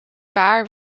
paar